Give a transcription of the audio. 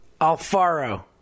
Alfaro